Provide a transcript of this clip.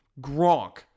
Gronk